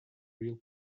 real